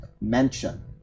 mention